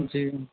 جی